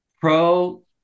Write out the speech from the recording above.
pro